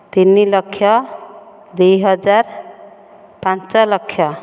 ତିନିଲକ୍ଷ ଦୁଇହଜାର ପାଞ୍ଚଲକ୍ଷ